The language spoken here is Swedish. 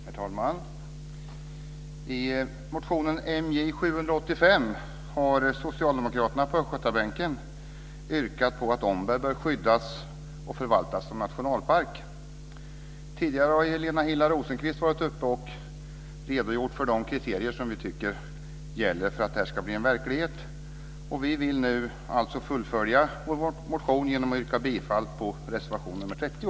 Herr talman! I motion MJ785 har socialdemokraterna på Östgötabänken yrkat på att Omberg bör skyddas och förvaltas som nationalpark. Tidigare har Helena Hillar Rosenqvist redogjort för de kriterier vi tycker gäller för att det här ska bli verklighet. Vi vill nu fullfölja vår motion genom att yrka bifall till reservation 30.